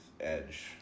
Edge